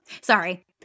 Sorry